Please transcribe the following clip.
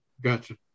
Gotcha